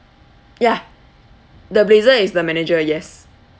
yeah the blazer is the manager yes